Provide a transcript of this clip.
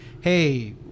hey